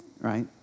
right